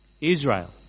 Israel